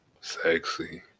sexy